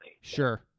Sure